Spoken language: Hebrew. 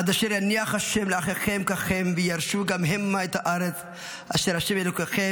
"עד אשר יניח ה' לאחיכם כָּכֶם וירשו גם המה את הארץ אשר ה' אלקיכם